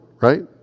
right